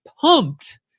pumped